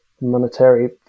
monetary